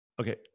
Okay